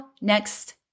next